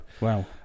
Wow